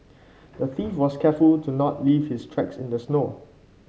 the thief was careful to not leave his tracks in the snow